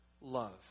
love